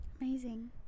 amazing